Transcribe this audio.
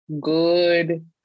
good